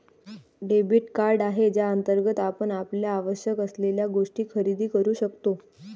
debit card आहे ज्याअंतर्गत आपण आपल्याला आवश्यक असलेल्या गोष्टी खरेदी करू शकतो